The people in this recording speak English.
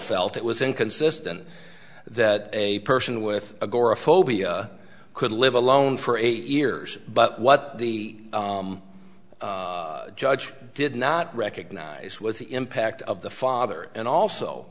felt it was inconsistent that a person with agoraphobia could live alone for eight years but what the judge did not recognize was the impact of the father and also